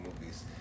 movies